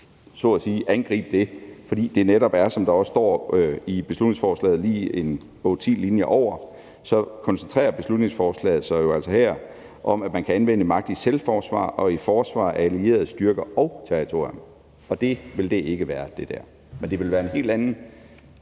så at sige, fordi det netop også er, sådan som der står i beslutningsforslaget, lige 8-10 linjer over, hvor beslutningsforslaget altså koncentrerer sig om, at man kan »anvende magt i selvforsvar og i forsvar af allieredes styrker og territorium.«, og det vil det der ikke være. Men det vil være en helt anden